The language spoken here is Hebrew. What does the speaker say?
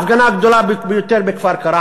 ההפגנה הגדולה ביותר בכפר-קרע,